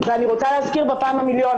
אני רוצה להזכיר בפעם המיליון,